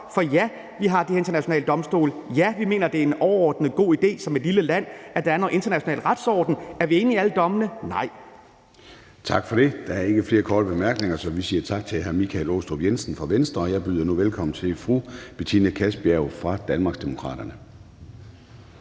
For ja, vi har de her internationale domstole. Ja, vi mener som et lille land, at det er en overordnet god idé, at der er en international retsorden. Er vi enige i alle dommene? Nej. Kl. 09:09 Formanden (Søren Gade): Tak for det. Der er ikke flere korte bemærkninger, så vi siger tak til hr. Michael Aastrup Jensen fra Venstre. Jeg byder nu velkommen til fru Betina Kastbjerg fra Danmarksdemokraterne.